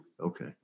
Okay